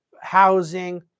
housing